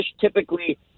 typically